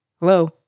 hello